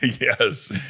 Yes